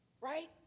right